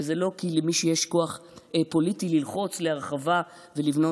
וזה לא כי למישהו יש כוח פוליטי ללחוץ להרחבה ולבנות.